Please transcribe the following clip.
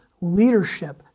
leadership